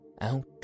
out